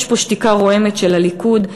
יש פה שתיקה רועמת של הליכוד,